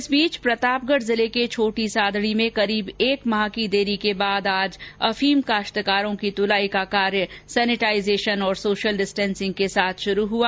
वहीं प्रतापगढ जिले के छोटी सादड़ी में करीब एक माह देरी के बाद आज अफीम काश्तकारों की तुलाई का कार्य सेनेटाइजेशन और सोशल डिस्टेंसिंग के साथ शुरू हुआ